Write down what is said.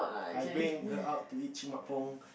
I bring her out to eat